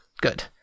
Good